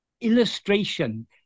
illustration